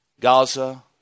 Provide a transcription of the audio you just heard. Gaza